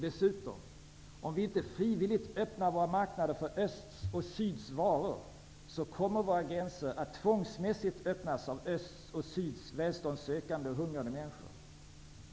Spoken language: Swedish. Dessutom kommer våra gränser att tvångsmässigt öppnas av östs och syds välståndssökande och hungrande människor om vi inte frivilligt öppnar våra marknader för östs och syds varor.